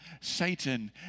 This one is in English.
Satan